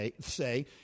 say